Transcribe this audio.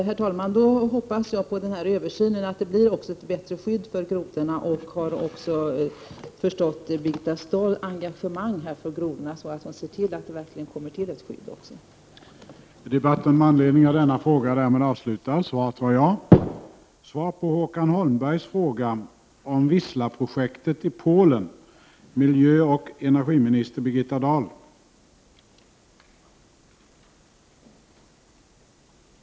Herr talman! Jag hoppas att den översynen också medför ett bättre skydd för grodorna. Jag har förstått att Birgitta Dahl har ett engagemang för grodorna. Jag hoppas att det också innebär att hon verkligen ser till att det kommer till ett skydd.